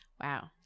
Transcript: Wow